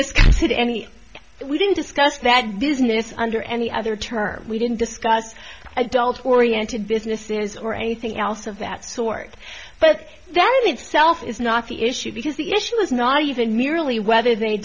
discuss it any we didn't discuss that business under any other terms we didn't discuss adult oriented businesses or anything else of that sort but that itself is not the issue because the issue is not even merely whether they